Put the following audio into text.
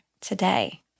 today